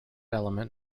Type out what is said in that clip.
element